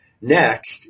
next